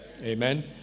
Amen